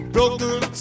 Broken